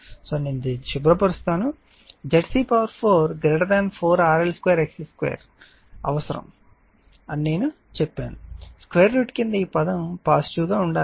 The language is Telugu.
కాబట్టి నేను దానిని శుభ్ర పరుస్తాను ZC4 4 RL2 XC2 అవసరం అని నేను చెప్పాను 2 √ క్రింద ఈ పదం పాజిటివ్ గా ఉండాలి